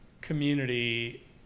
community